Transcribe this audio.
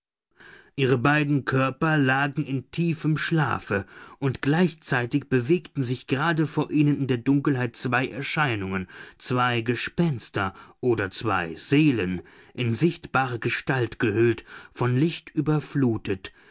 ihre beiden körper lagen in tiefem schlafe und gleichzeitig bewegten sich gerade vor ihnen in der dunkelheit zwei erscheinungen zwei gespenster oder zwei seelen in sichtbare gestalt gehüllt von licht überflutet